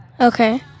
Okay